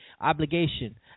obligation